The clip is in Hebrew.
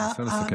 בבקשה לסכם.